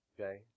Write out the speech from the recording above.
Okay